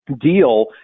deal